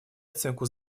оценку